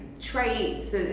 traits